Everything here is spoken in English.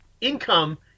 income